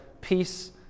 peace